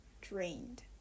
drained